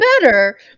better